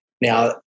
Now